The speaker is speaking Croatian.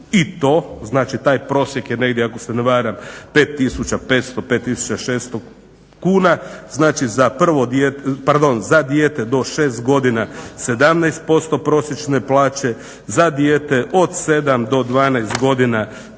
i to, znači taj prosjek je negdje ako se ne varam 5500, 5600 kuna, znači za dijete do 6 godina 17% prosječne plaće, za dijete od 7 do 12 godina